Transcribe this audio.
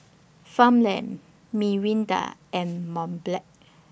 Farmland Mirinda and Mont Blanc